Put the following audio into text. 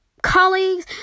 Colleagues